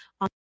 on